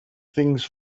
things